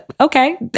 okay